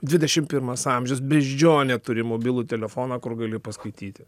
dvidešim pirmas amžius beždžionė turi mobilų telefoną kur gali paskaityti